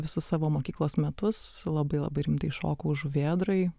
visus savo mokyklos metus labai labai rimtai šokau žuvėdroj